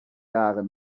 jahre